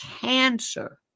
cancer